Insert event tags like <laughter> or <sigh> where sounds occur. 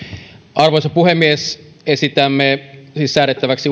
arvoisa puhemies esitämme siis säädettäväksi <unintelligible>